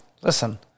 listen